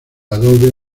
adobe